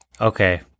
Okay